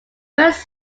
first